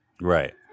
Right